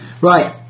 Right